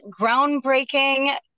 groundbreaking